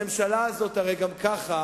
הממשלה הזאת הרי גם ככה